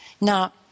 Now